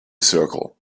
circle